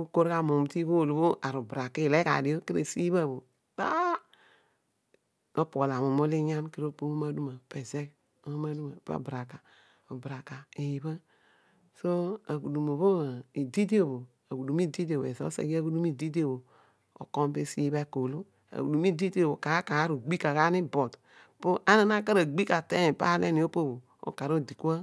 okor gha muum ti ighol bho ara bura bho ile gha dio esibha ah nopoghol amuum ilo inyam kedio omo amem obara le nale na nwe mezigh obaraka ibha aghudum ididi bho ezo eseghe aghudum ididi bho otuom aghudum esi bho olo aghudum idi obho kar kar ugbua gha kedio ana ateeny pa aleeni opo bho okar odi kua